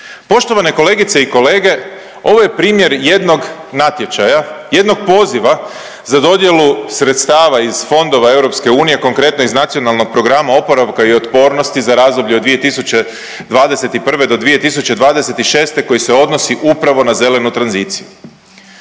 Poštovane kolegice i kolege, ovo je primjer jednog natječaja, jedno poziva za dodjelu sredstava iz fondova EU, konkretno iz Nacionalnog plana oporavka i otpornosti za razdoblje od 2021. do 2026. koji se odnosi upravo na zelenu tranziciju.